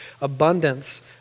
abundance